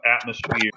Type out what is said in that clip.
atmosphere